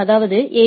அதாவதுஎ